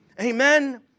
Amen